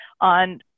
on